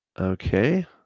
Okay